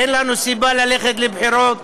אין לנו סיבה ללכת לבחירות,